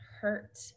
hurt